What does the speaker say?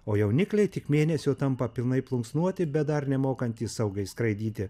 o jaunikliai tik mėnesio tampa pilnai plunksnuoti bet dar nemokantys saugiai skraidyti